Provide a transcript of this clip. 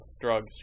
drugs